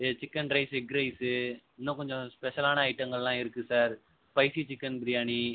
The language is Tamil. சிக்கன் ரைஸ் எக் ரைஸு இன்னும் கொஞ்சம் ஸ்பெஷல்லான ஐட்டங்கள்லாம் இருக்கு சார் ஸ்பைசி சிக்கன் பிரியாணி